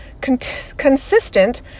consistent